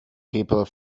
people